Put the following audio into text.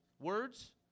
words